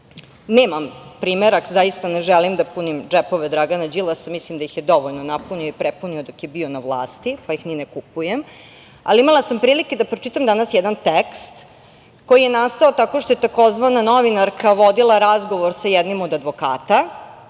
nemam primerak, zaista ne želim da punim džepove Dragana Đilasa, mislim da ih je dovoljno napunio i prepunio dok je bio na vlasti, pa ih ni ne kupujem, ali imala sam prilike da pročitam danas jedan tekst koji je nastao tako što je tzv. novinarka vodila razgovor sa jednim od advokata,